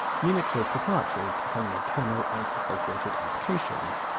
unix was proprietary, containing a kernel and associated applications.